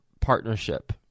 partnership